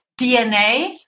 DNA